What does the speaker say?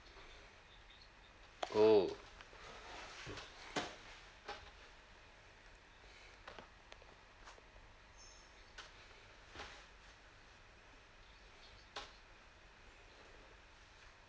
oh